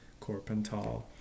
Corpental